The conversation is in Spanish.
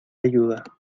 ayuda